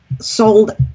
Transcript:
sold